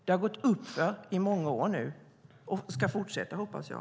Det har gått uppåt i många år nu, och det ska fortsätta, hoppas jag.